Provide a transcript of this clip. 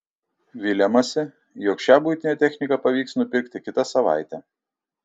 viliamasi jog šią buitinę techniką pavyks nupirkti kitą savaitę